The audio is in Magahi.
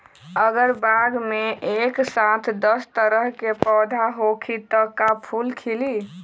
अगर बाग मे एक साथ दस तरह के पौधा होखि त का फुल खिली?